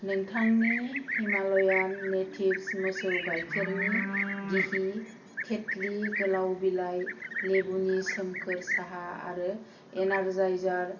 नोंथांनि Himalayan natives मोसौ गाइखेरनि घि तेतलि गोलाव बिलाइ लेबुलि सोमखोर साहा आ एनार्जायजार